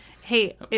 Hey